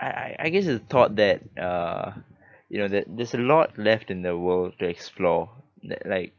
I I I guess it's the thought that uh you know that there's a lot left in the world to explore that like